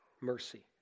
mercy